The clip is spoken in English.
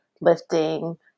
lifting